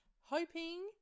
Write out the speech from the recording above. Hoping